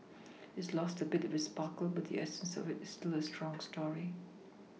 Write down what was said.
it's lost a bit of its sparkle but the essence of it is still a very strong story